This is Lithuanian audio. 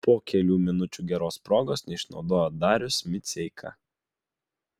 po kelių minučių geros progos neišnaudojo darius miceika